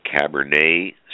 Cabernet